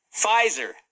pfizer